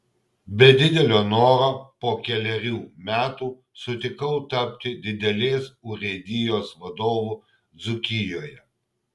be didelio noro po kelerių metų sutikau tapti didelės urėdijos vadovu dzūkijoje